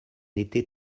été